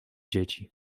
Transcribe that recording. dzieci